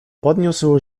podniósł